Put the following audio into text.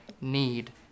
need